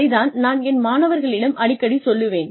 அதைத்தான் நான் என் மாணவர்களிடம் அடிக்கடி சொல்லுவேன்